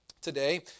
today